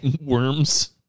worms